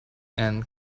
and